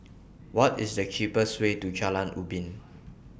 What IS The cheapest Way to Jalan Ubin